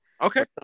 Okay